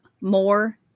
more